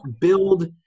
build